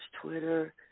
Twitter